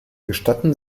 gestatten